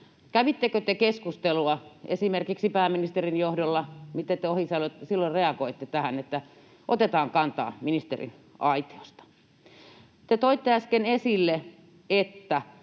Kävittekö te keskustelua esimerkiksi pääministerin johdolla, miten te, Ohisalo, silloin reagoitte tähän, että otetaan kantaa ministeriaitiosta? Te toitte äsken esille, että